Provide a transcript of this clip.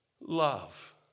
Love